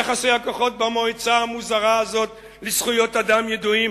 יחסי הכוחות במועצה המוזרה הזאת לזכויות אדם ידועים.